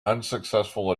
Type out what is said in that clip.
unsuccessful